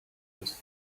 was